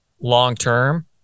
long-term